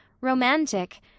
romantic